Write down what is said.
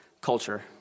culture